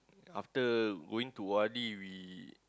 after going to O_R_D we